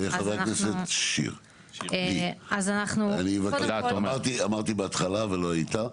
נאור, אני מבקש, אמרתי בהתחלה ולא היית,